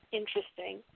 interesting